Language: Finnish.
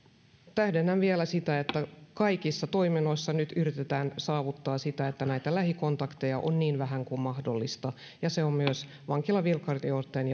tähdennän vielä sitä että kaikissa toiminnoissa yritetään nyt saavuttaa sitä että lähikontakteja on niin vähän kuin mahdollista ja se on myös vankilavirkailijoitten